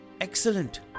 Excellent